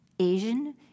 Asian